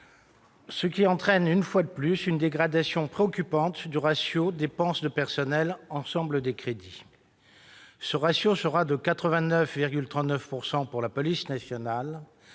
ce qui entraîne, une fois de plus, une dégradation préoccupante du ratio des dépenses de personnel sur l'ensemble des crédits. Ce ratio sera de 89,39 % pour la police nationale